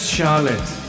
Charlotte